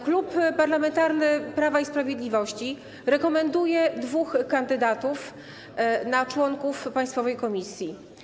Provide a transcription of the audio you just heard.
Klub Parlamentarny Prawo i Sprawiedliwość rekomenduje dwóch kandydatów na członków państwowej komisji.